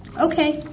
Okay